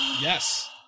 Yes